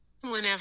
whenever